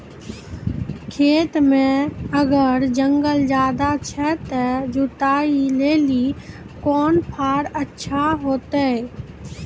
खेत मे अगर जंगल ज्यादा छै ते जुताई लेली कोंन फार अच्छा होइतै?